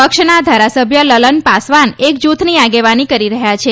પક્ષના ધારાસભ્ય લલન પાસવાન એક જૂથની આગેવાની કરી રહયાં છે